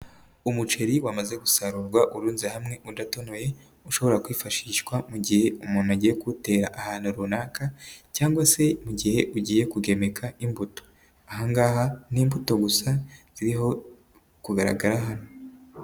Umuceri wamaze gusarurwa urunze hamwe udatonoye ushobora kwifashishwa mu gihe umuntu agiye kuwutera ahantu runaka cyangwa se igihe ugiye kugemeka imbuto, aha ngaha ni imbuto gusa zirimo kugaragara hano.